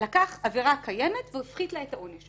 לקח עבירה קיימת והפחית לה את העונש.